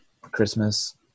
Christmas